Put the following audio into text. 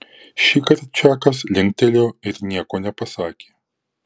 šįkart čakas linktelėjo ir nieko nepasakė